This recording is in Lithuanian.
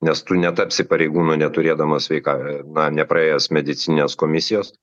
nes tu netapsi pareigūnu neturėdamas sveika na nepraėjęs medicininės komisijos